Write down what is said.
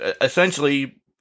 essentially